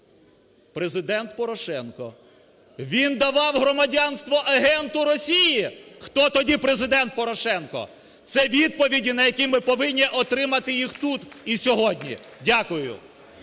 Президент Порошенко. Він давав громадянство агенту Росії? Хто тоді Президент Порошенко?! Це відповіді, на які ми повинні отримати їх тут і сьогодні. Дякую.